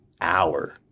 hour